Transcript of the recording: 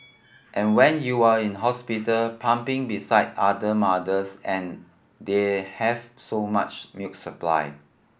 and when you're in hospital pumping beside other mothers and they have so much milk supply